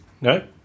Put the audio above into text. No